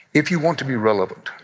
if you want to be relevant,